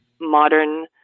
modern